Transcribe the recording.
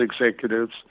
executives